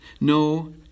No